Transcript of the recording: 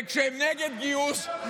כשהם נגד גיוס,